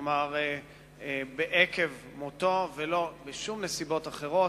כלומר, עקב מותו ולא בשום נסיבות אחרות.